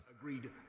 Agreed